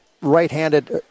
right-handed